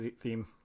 theme